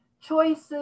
Choices